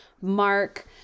mark